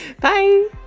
Bye